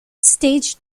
stage